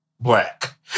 black